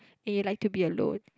and you like to be alone